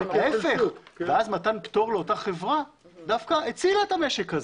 אז מתן פטור לאותה חברה דווקא הצילה את המשק הזה.